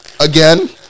Again